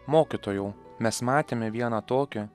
mokytojau mes matėme vieną tokį